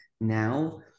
Now